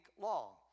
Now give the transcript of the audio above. long